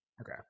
Okay